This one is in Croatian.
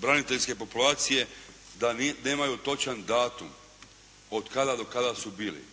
braniteljske populacije da nemaju točan datum od kada do kada su bili.